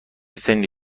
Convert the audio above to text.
سنی